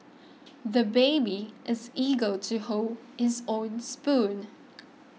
the baby is eager to hold his own spoon